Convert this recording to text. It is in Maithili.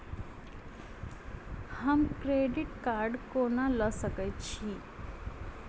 हम क्रेडिट कार्ड कोना लऽ सकै छी?